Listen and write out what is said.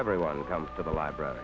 everyone comes to the library